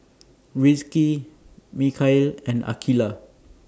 Rizqi Mikhail and Aqeelah